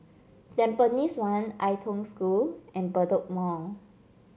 Tampines one Ai Tong School and Bedok Mall